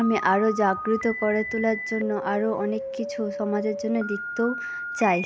আমি আরো জাগ্রত করে তোলার জন্য আরো অনেক কিছু সমাজের জন্যে লিখতেও চাই